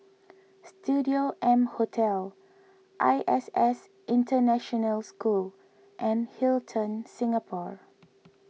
Studio M Hotel I S S International School and Hilton Singapore